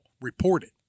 reported